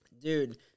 Dude